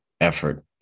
effort